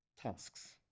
tasks